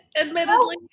Admittedly